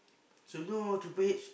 so you know Triple-H